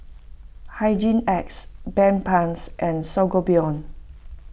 Hygin X Bedpans and Sangobion